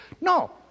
No